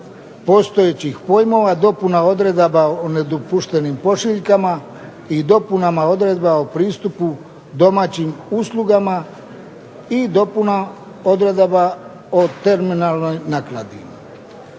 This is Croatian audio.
postojećih pojmova, dopuna odredaba o nedopuštenim pošiljkama i dopunama odredbi o pristupu domaćim uslugama i dopuna odredaba o terminalnoj naknadi.